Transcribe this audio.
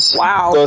wow